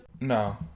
No